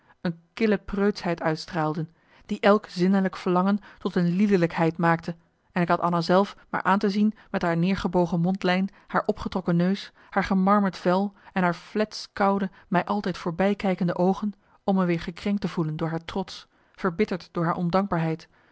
een kille preutschheid uitstraalden die elk zinnelijk verlangen tot een liederlijkheid maakte en ik had anna zelf maar aan te zien met haar neergebogen mondlijn haar opgetrokken neus haar gemarmerd vel en haar flets koude mij altijd voorbijkijkende